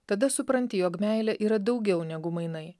tada supranti jog meilė yra daugiau negu mainai